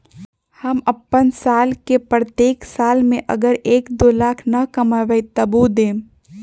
हम अपन साल के प्रत्येक साल मे अगर एक, दो लाख न कमाये तवु देम?